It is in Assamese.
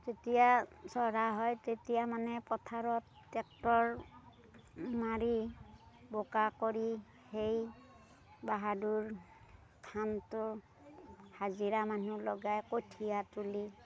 যেতিয়া চহৰা হয় তেতিয়া মানে পথাৰত ট্ৰেক্টৰ মাৰি বোকা কৰি সেই বাহাদুৰ ধানটো হাজিৰা মানুহ লগাই কঠিয়া তুলি